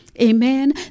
Amen